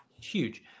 Huge